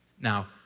Now